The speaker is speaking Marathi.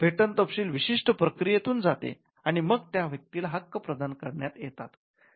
पेटंट तपशील विशिष्ट प्रक्रियेतून जाते आणि मग त्या व्यक्तीला हक्क प्रदान करण्यात येतात